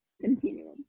continuum